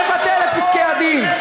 לבטל את פסקי-הדין,